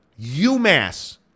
UMass